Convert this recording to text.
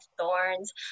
thorns